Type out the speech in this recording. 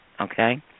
okay